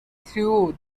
threw